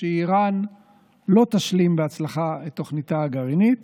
שאיראן לא תשלים בהצלחה את תוכניתה הגרעינית